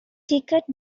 ticket